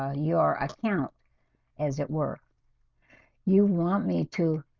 ah your account as it were you want me to?